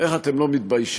איך אתם לא מתביישים?